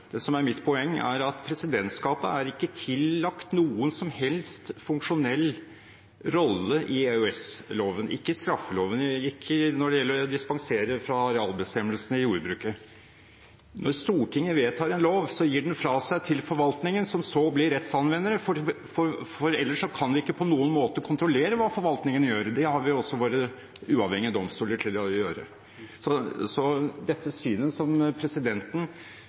andre som er mitt poeng, er at presidentskapet ikke er tillagt noen som helst funksjonell rolle i EOS-loven, ikke i straffeloven og ikke når det gjelder å dispensere fra arealbestemmelsene i jordbruket. Når Stortinget vedtar en lov, gir det den fra seg til forvaltningen, som så blir rettsanvendere, for ellers kan man ikke på noen måte kontrollere hva forvaltningen gjør. Det har vi også våre uavhengige domstoler til å gjøre. Dette synet som presidenten